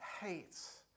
hates